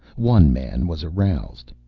one man was aroused.